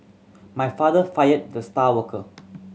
my father fired the star worker